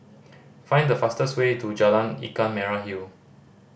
find the fastest way to Jalan Ikan Merah Hill